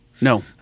No